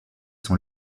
son